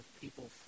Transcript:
people